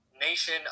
nation